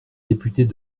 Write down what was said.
députés